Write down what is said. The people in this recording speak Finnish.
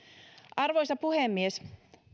arvoisa puhemies